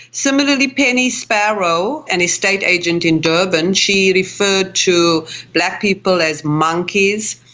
similarly, penny sparrow, an estate agent in durban, she referred to black people as monkeys,